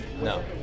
no